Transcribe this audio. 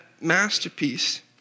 masterpiece